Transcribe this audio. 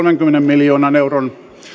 miljoonan euron